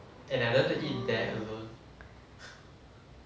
oh